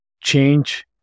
change